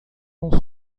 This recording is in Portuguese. com